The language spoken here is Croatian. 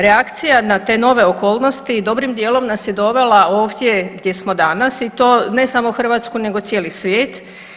Reakcija na te nove okolnosti dobrim dijelom nas je dovela ovdje gdje smo danas i to ne samo Hrvatsku nego cijeli svijet.